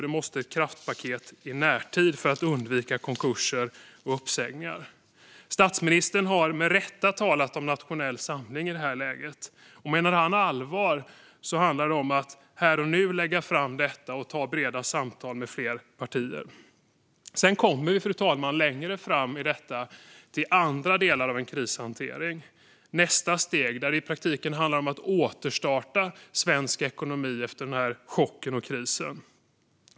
Det måste till ett kraftpaket i närtid för att undvika konkurser och uppsägningar. Statsministern har med rätta talat om nationell samling i det här läget. Om han menar allvar handlar det om att här och nu lägga fram detta och ha breda samtal med fler partier. Sedan kommer vi längre fram i detta, fru talman, till andra delar av krishanteringen. Nästa steg handlar i praktiken om att återstarta svensk ekonomi efter chocken och krisen.